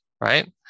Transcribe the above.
right